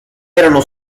erano